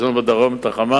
יש לנו בדרום את ה"חמאס"